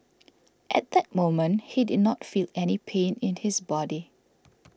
at that moment he did not feel any pain in his body